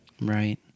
right